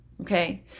okay